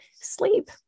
sleep